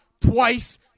twice